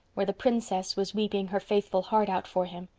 where the princess was weeping her faithful heart out for him.